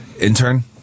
Intern